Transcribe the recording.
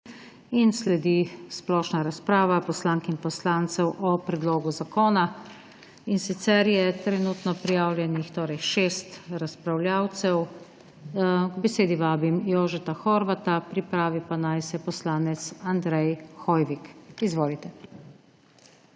Sledi splošna razprava poslank in poslancev o predlogu zakona. Trenutno je prijavljenih šest razpravljavcev. K besedi vabim Jožeta Horvata, pripravi pa naj se poslanec Andrej Hoivik. Izvolite.